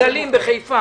בחיפה.